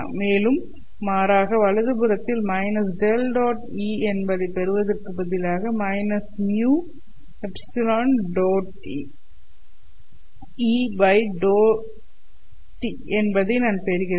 மேலும் மாறாக வலதுபுறத்தில் -𝛻 2E என்பதை பெறுவதற்கு பதிலாக - με ∂2 E'∂t2 என்பதை நான் பெறுகிறேன்